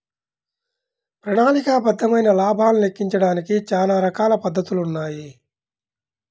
ప్రణాళికాబద్ధమైన లాభాలను లెక్కించడానికి చానా రకాల పద్ధతులున్నాయి